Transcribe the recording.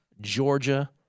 Georgia